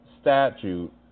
Statute